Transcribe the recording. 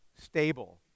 stable